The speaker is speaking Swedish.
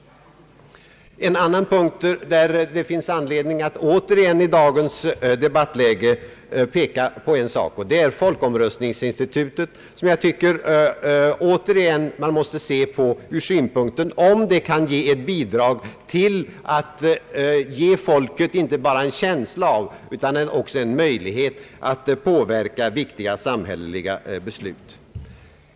En annan punkt som det finns an ledning att peka på i dagens läge är folkomröstningsinstitutet, som jag tycker att man återigen måste se på utifrån frågeställningen huruvida det kan bidra till att ge folket inte bara en känsla av utan också en ökad möjlighet att påverka viktiga samhällsbeslut.